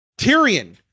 Tyrion